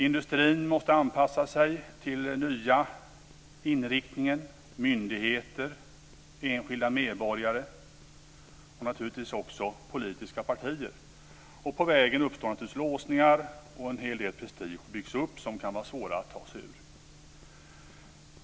Industrin måste anpassa sig till den nya inriktningen liksom myndigheter, enskilda medborgare och naturligtvis också politiska partier. På vägen uppstår naturligtvis låsningar, och en hel del prestige byggs upp som det kan vara svårt att ta sig ur.